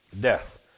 death